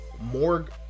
Morg